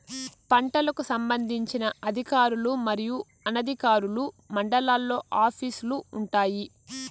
పంటలకు సంబంధించిన అధికారులు మరియు అనధికారులు మండలాల్లో ఆఫీస్ లు వుంటాయి?